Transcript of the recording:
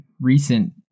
recent